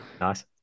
Nice